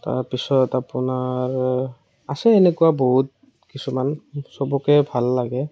তাৰপিছত আপোনাৰ আছে সেনেকুৱা বহুত কিছুমান সবকে ভাল লাগে